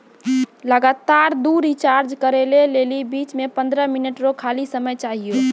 लगातार दु रिचार्ज करै लेली बीच मे पंद्रह मिनट रो खाली समय चाहियो